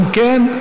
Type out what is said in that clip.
אם כן,